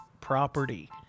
property